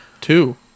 Two